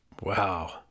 Wow